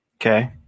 Okay